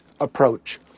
approach